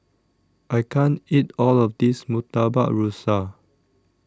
I can't eat All of This Murtabak Rusa